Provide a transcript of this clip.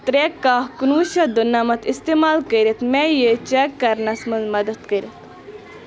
ترٛےٚ کہہ کُنوُہ شیٚتھ دُنَمَتھ استعمال کٔرِتھ مےٚ یہِ چیک کرنَس منٛز مدتھ کٔرِتھ